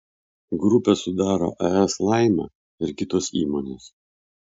grupę sudaro as laima ir kitos įmonės